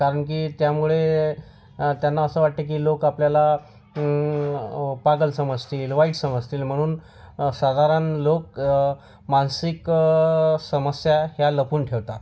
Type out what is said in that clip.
कारण की त्यामुळे त्यांना असं वाटते की लोक आपल्याला पागल समजतील वाईट समजतील म्हणून साधारण लोक मानसिक समस्या ह्या लपवून ठेवतात